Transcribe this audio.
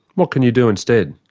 what can you do instead?